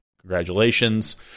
Congratulations